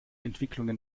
entwicklungen